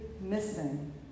missing